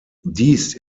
dies